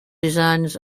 designs